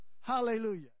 Hallelujah